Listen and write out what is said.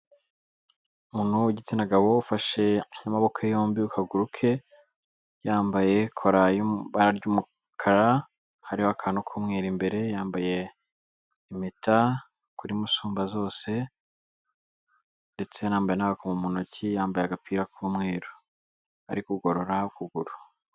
Umuntu w'igitsina gabo, ufashe n'amaboko yombi ku ka guru ke, yambaye kora yo mu ibara ry'umukara, hariho akantu k'umweru imbere, yambaye impeta kuri musumbazose ndetse na anambaye n'agakomo ntoki, yambaye agapira k'umweru, ari kugorora ukuguru.